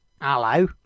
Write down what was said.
Hello